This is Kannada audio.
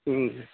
ಹ್ಞೂ